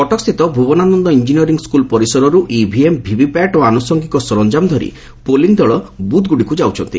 କଟକସ୍ଥିତ Bhubanananda engineering school ପରିସରରୁ EVM VVPAT ଓ ଆନୁଷଙ୍ଗିକ ସରଞାମ ଧରି ପୋଲିଂ ଦଳ ବୁଥ୍ଗୁଡ଼ିକୁ ଯାଉଛନ୍ତି